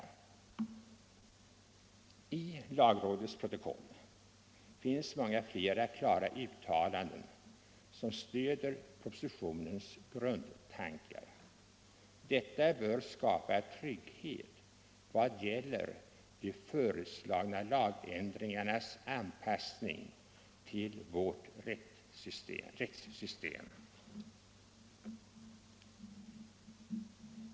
I lagrådets protokoll finns många fler klara uttalanden som stöder propositionens grundtankar. Detta bör skapa trygghet vad gäller de föreslagna lagändringarnas anpassning till vårt rättssystem.